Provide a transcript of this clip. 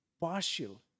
partial